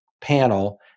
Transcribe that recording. panel